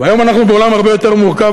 והיום אנחנו בעולם הרבה יותר מורכב,